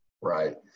Right